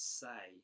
say